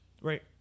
Right